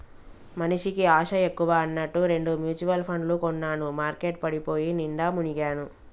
మనిషికి ఆశ ఎక్కువ అన్నట్టు రెండు మ్యుచువల్ పండ్లు కొన్నాను మార్కెట్ పడిపోయి నిండా మునిగాను